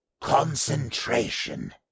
concentration